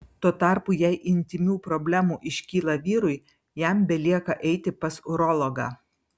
tuo tarpu jei intymių problemų iškyla vyrui jam belieka eiti pas urologą